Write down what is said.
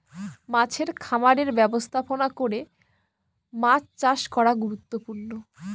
মাছের খামারের ব্যবস্থাপনা করে মাছ চাষ করা গুরুত্বপূর্ণ